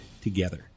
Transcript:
together